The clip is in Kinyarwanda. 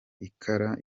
ikara